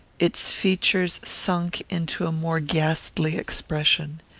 its features sunk into a more ghastly expression.